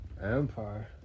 Empire